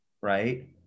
right